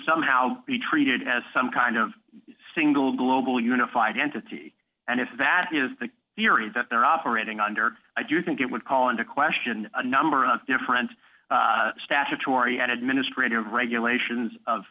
somehow be treated as some kind of single global unified entity and if that is the theory that they're operating under i do think it would call into question a number of different statutory and administrative regulations o